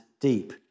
deep